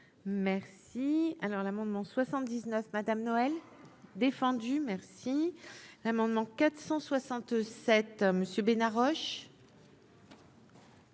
Merci, alors l'amendement 79 Madame Noël défendu merci l'amendement 467 Monsieur Bénard Roche.